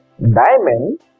diamond